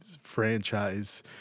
franchise